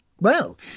Well